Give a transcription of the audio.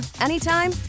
anytime